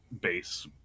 base